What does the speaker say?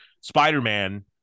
spider-man